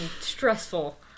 stressful